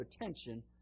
attention